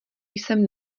jsem